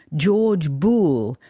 george boole,